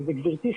וגברתי,